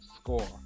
score